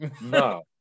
No